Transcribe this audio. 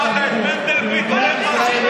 יחידת האכיפה יושבת אצלנו, מה זה "היום"?